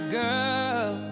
girl